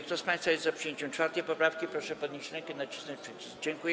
Kto z państwa jest za przyjęciem 4. poprawki, proszę podnieść rękę i nacisnąć przycisk.